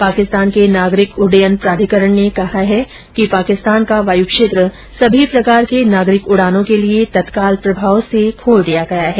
पाकिस्तान के नागरिक उड्डयन प्राधिकरण ने कहा है कि पाकिस्तान का वायुक्षेत्र सभी प्रकार के नागरिक उड़ानों के लिए तत्काल प्रभाव से खोल दिया गया गया है